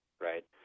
Right